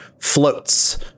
floats